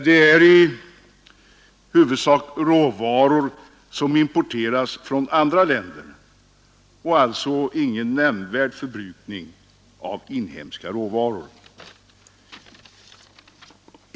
Det är i huvudsak fråga om råvaror som importeras från andra länder och som inte föranleder någon nämnvärd förbrukning av inhemska råvarutillgångar.